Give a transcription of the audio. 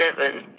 seven